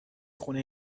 خونه